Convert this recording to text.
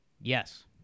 yes